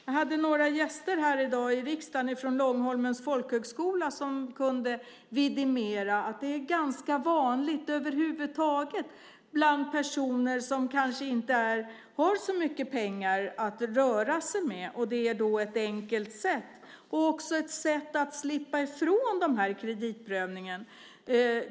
Jag hade några gästar i riksdagen i dag från Långholmens folkhögskola som kunde vidimera att det är ganska vanligt över huvud taget bland personer som kanske inte har så mycket pengar att röra sig med. Det är då ett enkelt sätt och också ett sätt att slippa ifrån den här kreditprövningen.